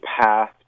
path